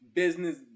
business